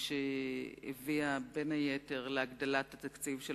שהביאה בין היתר להגדלת התקציב של